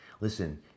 Listen